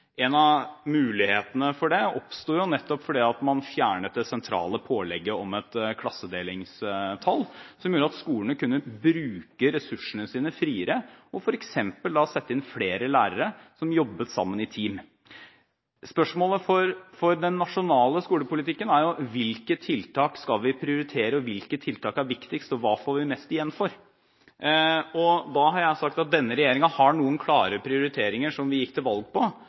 En av mulighetene for det oppsto nettopp fordi man fjernet det sentrale pålegget om et klassedelingstall, som gjør at skolene kunne bruke ressursene sine friere og f.eks. sette inn flere lærere som jobbet sammen i team. Spørsmålene i forbindelse med den nasjonale skolepolitikken er: Hvilke tiltak skal vi prioritere, hvilke tiltak er viktigst, og hva får vi mest igjen for? Jeg har sagt at denne regjeringen har noen klare prioriteringer som vi gikk til valg på,